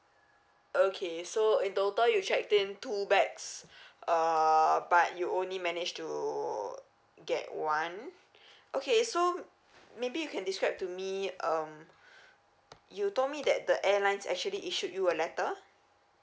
okay so in total you checked in two bags err but you only manage to get one okay so maybe you can describe to me um you told me that the airlines actually issued you a letter